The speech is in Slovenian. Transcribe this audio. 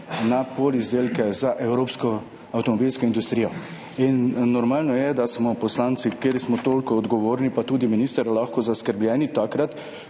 na polizdelke za evropsko avtomobilsko industrijo. Normalno je, da smo poslanci, tisti, ki smo toliko odgovorni, pa tudi minister, zaskrbljeni takrat,